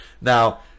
now